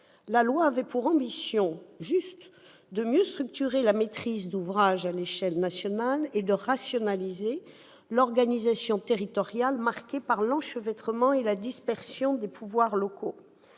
loi avait pour ambition, simplement, de mieux structurer la maîtrise d'ouvrage à l'échelle nationale et de rationaliser l'organisation territoriale, marquée par l'enchevêtrement et la dispersion des pouvoirs locaux.